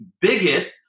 bigot